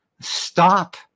Stop